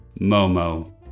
Momo